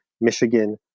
Michigan